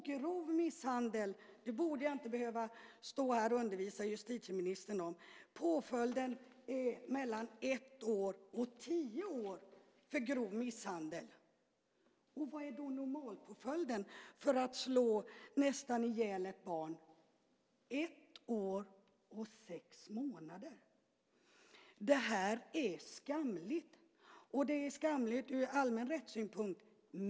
Jag borde inte behöva stå här och undervisa justitieministern om det här, men för grov misshandel är påföljden mellan ett och tio år. Vad är då normalpåföljden för att nästan slå ihjäl ett barn? Det är ett år och sex månader! Det här är skamligt. Det är skamligt ur allmän rättssynpunkt.